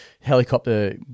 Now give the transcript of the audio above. helicopter